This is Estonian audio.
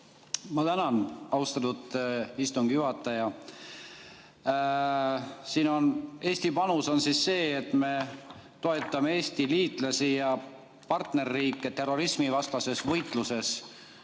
Ma tänan, austatud istungi juhataja! Eesti panus on siis see, et me toetame Eesti liitlasi ja partnerriike terrorismivastases võitluses,